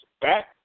back